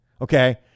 Okay